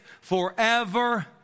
forever